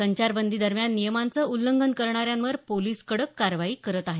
संचारबंदी दरम्यान नियमांचं उल्लघन करणाऱ्यांवर पोलीस कडक कारवाई करत आहेत